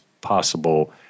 possible